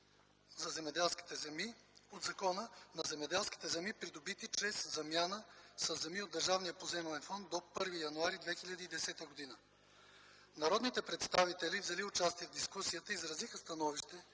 на чл. 4, ал. 2 от закона на земеделски земи, придобити чрез замяна, със земи от Държавния поземлен фонд до 1 януари 2010 г. Народните представители, взели участие в дискусията, изразиха становище,